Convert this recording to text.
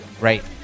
Right